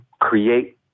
create